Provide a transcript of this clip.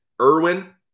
Irwin